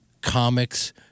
comics